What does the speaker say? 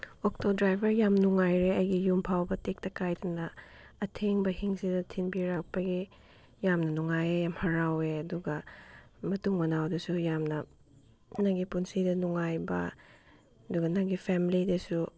auto driver ꯌꯥꯝ ꯅꯨꯡꯉꯥꯏꯔꯦ ꯑꯩꯒꯤ ꯌꯨꯝ ꯐꯥꯎꯕ ꯇꯦꯛꯇ ꯀꯥꯏꯗꯅ ꯑꯊꯦꯡꯕ ꯑꯍꯤꯡꯁꯤꯗ ꯊꯤꯟꯕꯤꯔꯛꯄꯒꯤ ꯌꯥꯝꯅ ꯅꯨꯡꯉꯥꯏꯌꯦ ꯌꯥꯝꯅ ꯍꯔꯥꯎꯋꯦ ꯑꯗꯨꯒ ꯃꯇꯨꯡ ꯃꯅꯥꯎꯗꯁꯨ ꯌꯥꯝꯅ ꯅꯪꯒꯤ ꯄꯨꯟꯁꯤꯗ ꯅꯨꯡꯉꯥꯏꯕ ꯑꯗꯨꯒ ꯅꯪꯒꯤ ꯐꯦꯝꯂꯤꯗꯁꯨ